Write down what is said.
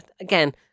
Again